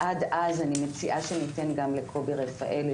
עד אז אני מציעה שניתן גם לקובי רפאלי